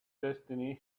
destiny